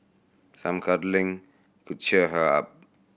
some cuddling could cheer her up